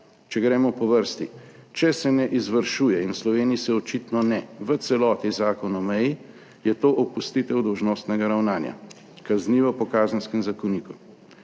Če gremo po vrsti, če se ne izvršuje in v Sloveniji se očitno ne, v celoti Zakon o meji, je to opustitev dolžnostnega ravnanja, kaznivo po Kazenskem zakoniku,